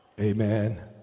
Amen